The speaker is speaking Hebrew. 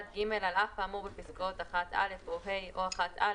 "(1ג) על אף האמור בפסקאות (1)(א) או (ה) או (1א),